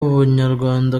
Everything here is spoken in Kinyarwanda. bunyarwanda